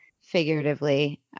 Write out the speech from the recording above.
figuratively